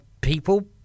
people